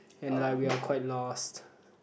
and like we are quite lost